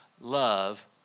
love